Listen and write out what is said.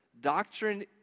Doctrine